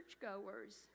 churchgoers